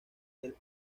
del